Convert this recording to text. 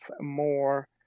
more